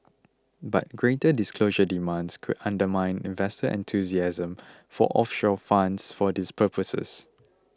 but greater disclosure demands could undermine investor enthusiasm for offshore funds for these purposes